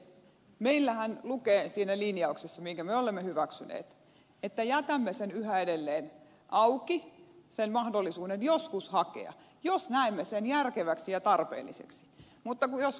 meillähän lukee siinä linjauksessa jonka me olemme hyväksyneet että jätämme yhä edelleen auki sen mahdollisuuden joskus hakea jos näemme sen järkeväksi ja tarpeelliseksi mutta jos myös ed